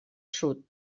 sud